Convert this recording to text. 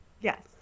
Yes